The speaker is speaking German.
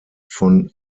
von